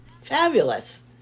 Fabulous